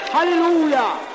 Hallelujah